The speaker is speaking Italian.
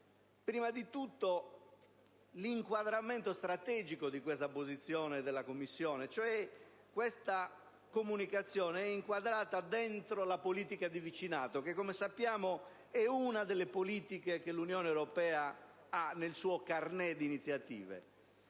Prima di tutto l'inquadramento strategico di questa posizione. Questa comunicazione è inquadrata all'interno della politica di vicinato che, come sappiamo, è una delle politiche che l'Unione europea ha nel suo *carnet* di iniziative.